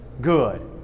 good